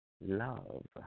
love